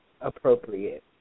appropriate